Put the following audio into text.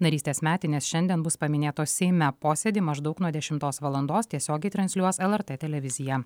narystės metinės šiandien bus paminėtos seime posėdy maždaug nuo dešimtos valandos tiesiogiai transliuos elartė televizija